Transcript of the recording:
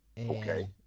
Okay